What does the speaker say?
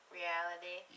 reality